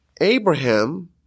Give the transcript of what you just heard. Abraham